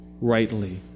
rightly